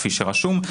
כפי שרשום,